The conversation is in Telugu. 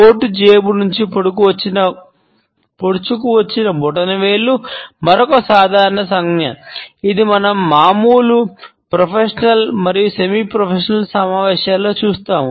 కోట్ జేబు సమావేశాలలో చూస్తాము